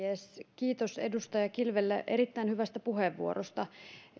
kiitos edustaja kilvelle erittäin hyvästä puheenvuorosta